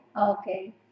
okay